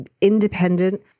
independent